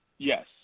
Yes